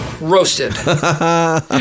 Roasted